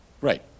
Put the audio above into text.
Right